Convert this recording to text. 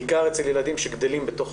בעיקר אצל ילדים שגדלים בתוך